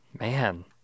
man